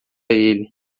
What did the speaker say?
ele